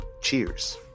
Cheers